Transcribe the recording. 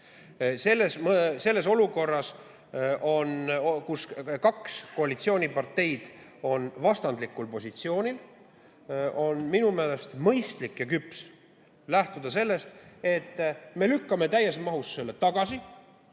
Selles olukorras, kus kaks koalitsioonipartnerit on vastandlikul positsioonil, on minu meelest mõistlik ja küps lähtuda sellest, et me lükkame täies mahus selle eelnõu